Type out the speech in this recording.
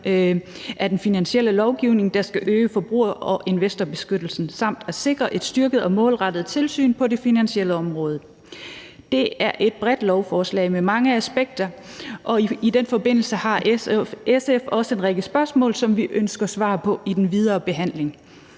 i den finansielle lovgivning, der skal øge forbruger- og investorbeskyttelsen samt sikre et styrket og målrettet tilsyn på det finansielle område. Det er et bredt lovforslag med mange aspekter, og i den forbindelse har SF også en række spørgsmål, som vi ønsker svar på i den videre behandling.